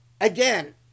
Again